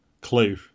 clue